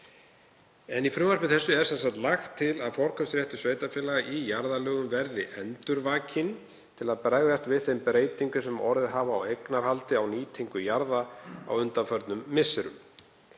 Með frumvarpinu er lagt til að forkaupsréttur sveitarfélaga í jarðalögum verði endurvakinn til að bregðast við þeim breytingum sem orðið hafa á eignarhaldi og nýtingu jarða á undanförnum misserum.